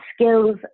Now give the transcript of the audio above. skills